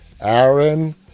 Aaron